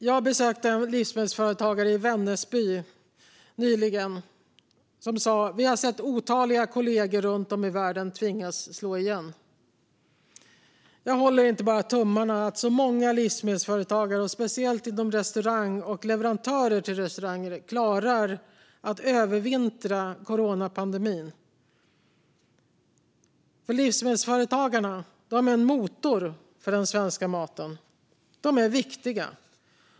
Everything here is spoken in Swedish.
Jag besökte nyligen en livsmedelsföretagare i Vännäsby som sa: Vi har sett otaliga kollegor runt om i världen tvingas slå igen. Jag håller inte bara tummarna för att så många livsmedelsföretag som möjligt, särskilt restauranger och leverantörer till restauranger, klarar att övervintra coronapandemin. Livsmedelsföretagen är en motor för den svenska maten. De är viktiga.